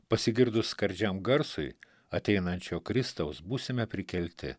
pasigirdus skardžiam garsui ateinančio kristaus būsime prikelti